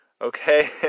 okay